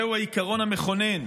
זהו העיקרון המכונן.